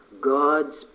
God's